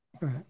right